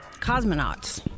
Cosmonauts